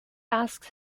asks